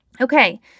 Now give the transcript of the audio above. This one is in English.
Okay